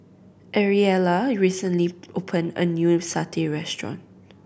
Ariella recently opened a new Satay restaurant